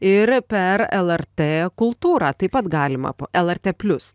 ir per lrt kultūrą taip pat galima p lrt plius